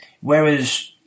whereas